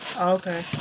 Okay